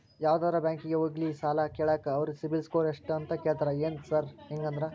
ಯಾವದರಾ ಬ್ಯಾಂಕಿಗೆ ಹೋಗ್ಲಿ ಸಾಲ ಕೇಳಾಕ ಅವ್ರ್ ಸಿಬಿಲ್ ಸ್ಕೋರ್ ಎಷ್ಟ ಅಂತಾ ಕೇಳ್ತಾರ ಏನ್ ಸಾರ್ ಹಂಗಂದ್ರ?